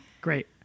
Great